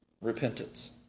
repentance